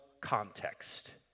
context